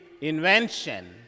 invention